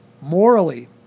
morally